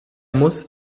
muss